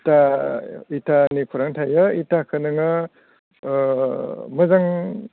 इथा इथानि खुरां थायो इथाखोनो नोङो मोजां